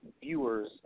viewers